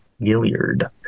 gilliard